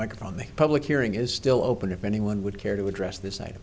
microphone the public hearing is still open if anyone would care to address this